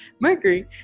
Mercury